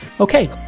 okay